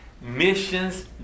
missions